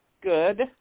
good